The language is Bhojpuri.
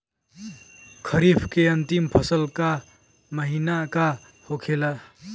खरीफ के अंतिम फसल का महीना का होखेला?